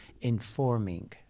informing